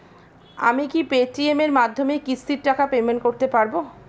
আমি কি Paytm এর মাধ্যমে কিস্তির টাকা পেমেন্ট করতে পারব?